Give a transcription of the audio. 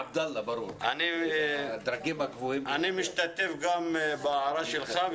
אני מצטרף להערה שלך.